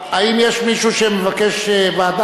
אני קובע, חבר הכנסת